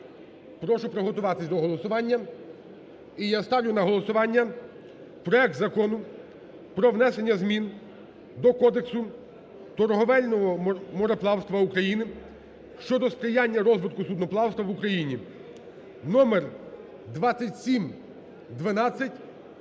прошу приготуватись до голосування. І я ставлю на голосування проект Закону про внесення змін до Кодексу торговельного мореплавства України (щодо сприяння розвитку судноплавства в Україні) (номер 2712)